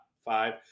Five